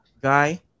guy